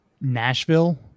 Nashville